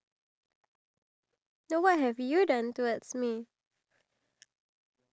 and we need to buy the mini shampoo because mama gave me twelve dollars for it